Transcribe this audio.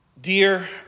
Dear